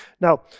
Now